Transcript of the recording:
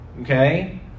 Okay